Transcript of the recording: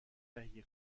تهیه